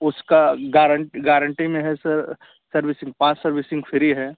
उसका गारंटी में है सर सर्विसिंग पाँच सर्विसिंग फ़्री है